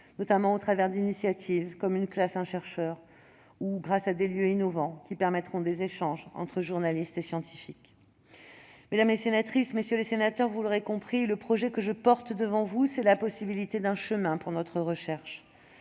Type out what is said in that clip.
notamment au travers d'initiatives comme « Une classe, un chercheur » ou grâce à des lieux innovants permettant des échanges entre journalistes et scientifiques. Mesdames les sénatrices, messieurs les sénateurs, vous l'aurez compris, le projet que je porte devant vous, c'est la possibilité d'un chemin pour notre recherche.